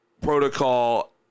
protocol